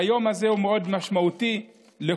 והיום הזה הוא מאוד משמעותי לכולם.